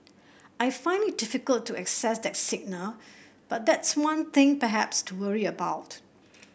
I find it difficult to assess that signal but that's one thing perhaps to worry about